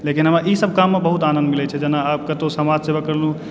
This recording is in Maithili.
लेकिन हमरा ई सब काममे बहुत आनन्द मिलैत छै जेना आब कतहुँ समाजसेवा करलहुँ